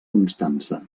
constança